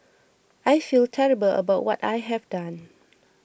I feel terrible about what I have done